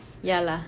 ya lah